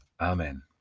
Amen